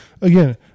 again